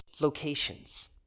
locations